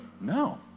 no